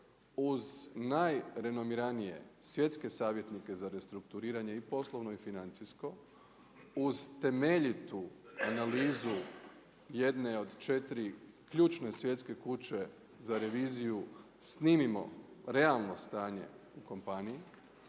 uz najrenoviranije svjetske savjetnike za rekonstruiranje i poslovno i financijsko, uz temeljitu analizu jedne od 4 ključne svjetske kuće za reviziju snimimo realno stanje u kompaniji